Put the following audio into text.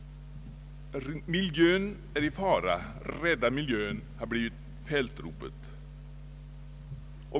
Miljön är i fara — rädda miljön, har blivit fältropet.